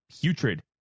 putrid